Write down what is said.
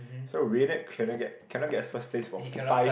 so Raned cannot get cannot get first place for five